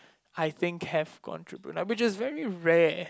I think have gone through Brunei which is very rare